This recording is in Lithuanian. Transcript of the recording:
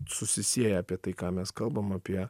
susisieja apie tai ką mes kalbam apie